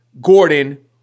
Gordon